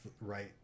right